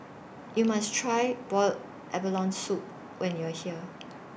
YOU must Try boiled abalone Soup when YOU Are here